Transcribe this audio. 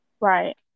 Right